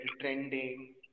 trending